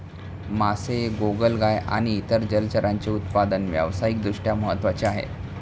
मासे, गोगलगाय आणि इतर जलचरांचे उत्पादन व्यावसायिक दृष्ट्या महत्त्वाचे आहे